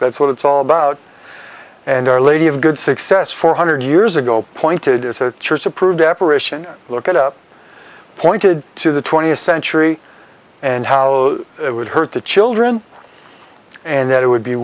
that's what it's all about and our lady of good success four hundred years ago pointed as a church approved apparition look it up pointed to the twentieth century and how it would hurt the children and that it would be